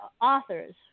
authors